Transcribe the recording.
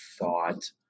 thought